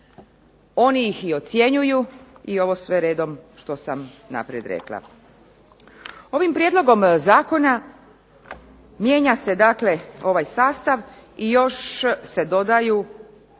oni ih i ocjenjuju i ovo sve redom što sam naprijed rekla. Ovim prijedlogom zakona mijenja se dakle ovaj sastav i još se dodaju